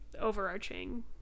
overarching